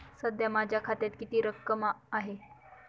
सध्या माझ्या खात्यात किती रक्कम आहे?